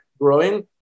growing